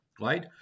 right